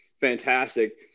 fantastic